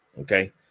Okay